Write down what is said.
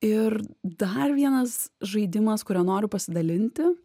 ir dar vienas žaidimas kuriuo noriu pasidalinti